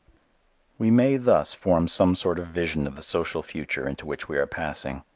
we may thus form some sort of vision of the social future into which we are passing.